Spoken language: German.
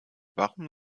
warum